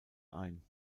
ein